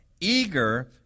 eager